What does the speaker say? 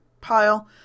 pile